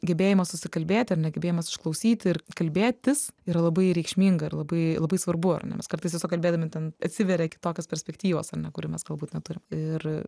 gebėjimas susikalbėti ar ne gebėjimas išklausyti ir kalbėtis yra labai reikšminga ir labai labai svarbu ar ne mes kartais tiesiog kalbėdami ten atsiveria kitokios perspektyvos ar ne kurių mes galbūt neturim ir